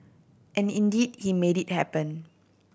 and indeed he made it happen